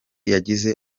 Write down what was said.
yagize